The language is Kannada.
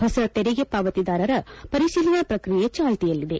ಹೊಸ ತೆರಿಗೆ ಪಾವತಿದಾರರ ಪರಿಶೀಲನಾ ಪ್ರಕ್ರಿಯೆ ಚಾಲ್ತಿಯಲ್ಲಿದೆ